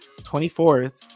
24th